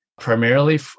primarily